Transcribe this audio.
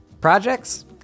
projects